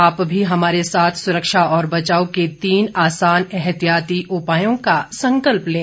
आप भी हमारे साथ सुरक्षा और बचाव के तीन आसान एहतियाती उपायों का संकल्प लें